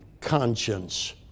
conscience